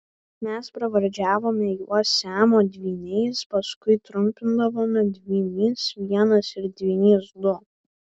mes pravardžiavome juos siamo dvyniais paskui trumpindavome dvynys vienas ir dvynys du